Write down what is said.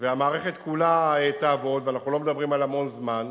והמערכת כולה תעבוד, אנחנו לא מדברים על המון זמן,